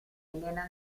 elena